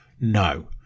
No